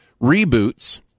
Reboots